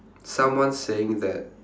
someone saying that